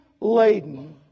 laden